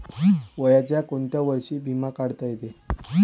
वयाच्या कोंत्या वर्षी बिमा काढता येते?